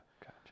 Gotcha